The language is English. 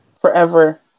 Forever